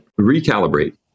recalibrate